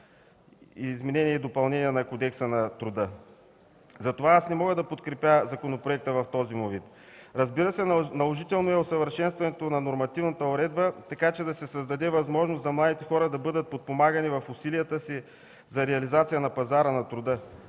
изменение и допълнение на Кодекса на труда. Затова аз не мога да подкрепя законопроекта в този вид. Разбира се, наложително е усъвършенстването на нормативната уредба, така че да се създаде възможност младите хора да бъдат подпомагани в усилията им за реализацията на пазара на труда,